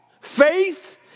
Faith